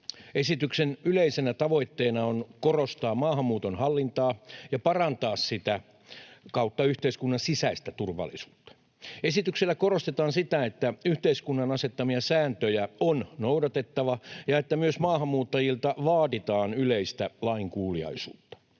Esityksen yleisenä tavoitteena on korostaa maahanmuuton hallintaa ja parantaa sitä kautta yhteiskunnan sisäistä turvallisuutta. Esityksellä korostetaan sitä, että yhteiskunnan asettamia sääntöjä on noudatettava ja että myös maahanmuuttajilta vaaditaan yleistä lainkuuliaisuutta.